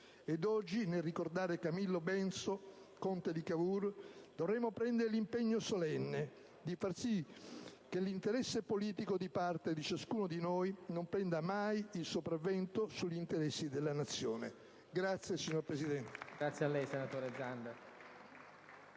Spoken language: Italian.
Oggi, nel ricordare Camillo Benso, conte di Cavour, dovremmo prendere l'impegno solenne di far sì che l'interesse politico di parte di ciascuno di noi non prenda mai il sopravvento sugli interessi della Nazione. *(Applausi dal